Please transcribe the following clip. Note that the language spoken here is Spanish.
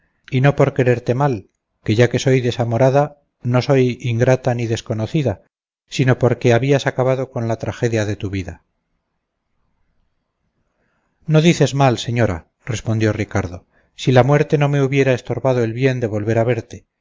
y no por quererte mal que ya que soy desamorada no soy ingrata ni desconocida sino porque habías acabado con la tragedia de tu vida no dices mal señora respondió ricardo si la muerte no me hubiera estorbado el bien de volver a verte